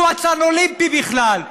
הוא אצן אולימפי בכלל.